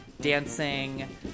dancing